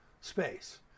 space